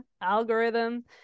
algorithm